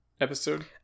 episode